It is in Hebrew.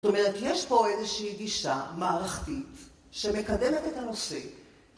זאת אומרת, יש פה איזושהי גישה מערכתית שמקדמת את הנושא